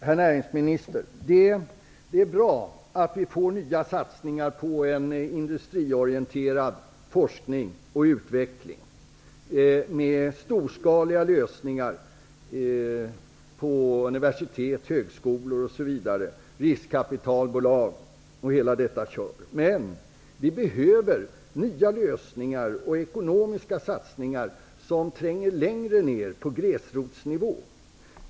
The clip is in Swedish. Herr talman! Det är bra, herr näringsminister, att vi får nya satsningar på en industriorienterad forskning och utveckling med storskaliga lösningar på universitet, högskolor, riskkapitalbolag, osv. Men vi behöver nya lösningar och ekonomiska satsningar som tränger längre ned, på gräsrotsnivå.